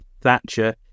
Thatcher